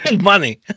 money